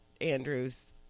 Andrews